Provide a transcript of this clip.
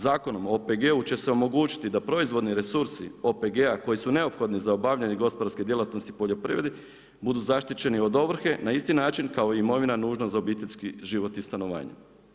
Zakonom o OPG-u će se omogućiti da proizvodni resursi OPG-a koji su neophodni za obavljanje gospodarske djelatnosti poljoprivredi budu zaštićeni od ovrhe na isti način kao i imovina nužna za obiteljski život i stanovanje.